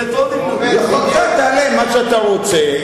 תעלה מה שאתה רוצה.